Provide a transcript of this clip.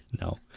no